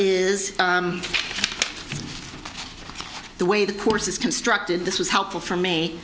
is the way the course is constructed this was helpful for me